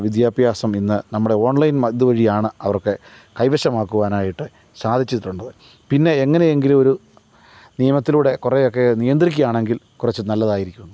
വിദ്യാഭ്യാസം ഇന്ന് നമ്മുടെ ഓണ്ലൈന് ഇതുവഴിയാണ് അവര്ക്ക് കൈവശമാക്കുവാനായിട്ട് സാധിച്ചിട്ടുണ്ട് പിന്നെ എങ്ങനെയെങ്കിലും ഒരു നിയമത്തിലൂടെ കുറേയൊക്കെ നിയന്ത്രിക്കുകയാണെങ്കില് കുറച്ച് നല്ലതായിരിക്കും